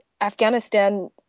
Afghanistan